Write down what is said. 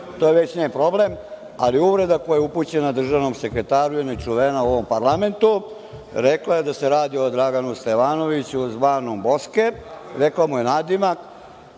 To je već njen problem. Ali, uvreda koja je upućena državnom sekretaru je nečuvena u ovom parlamentu. Rekla je da se radi o Draganu Stevanoviću, zvanom Boske, rekla mu je nadimak. Mogao